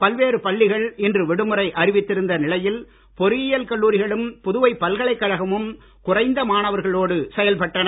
பல்வேறு பள்ளிகள் இன்று விடுமுறை அறிவித்திருந்த நிலையில் பொறியியல் கல்லூரிகளும் புதுவை பல்கலைக்கழகமும் குறைந்த மாணவர்களோடு செயல்பட்டன